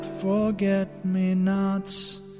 forget-me-nots